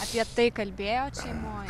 apie tai kalbėjot šeimoj